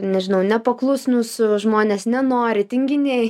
inežinau nepaklusnūs žmonės nenori tinginiai